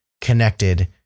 connected